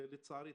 לצערי,